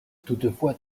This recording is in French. toutefois